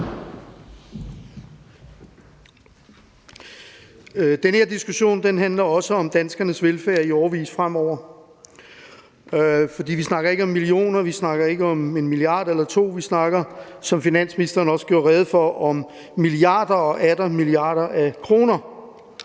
Den her diskussion handler også om danskernes velfærd i årevis fremover. For vi snakker ikke om millioner, vi snakker ikke om en milliard eller to, men vi snakker, som finansministeren også gjorde rede for, om milliarder og atter milliarder af kroner,